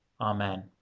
Amen